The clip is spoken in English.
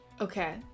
Okay